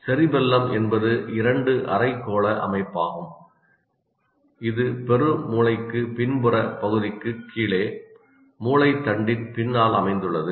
cerebellum என்பது இரண்டு அரைக்கோள அமைப்பாகும் இது பெருமூளைக்கு பின்புற பகுதிக்குக் கீழே மூளை தண்டின் பின்னால் அமைந்துள்ளது